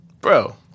bro